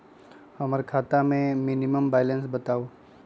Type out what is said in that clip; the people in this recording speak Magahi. हमरा खाता में मिनिमम बैलेंस बताहु?